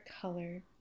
color